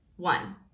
one